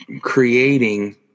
creating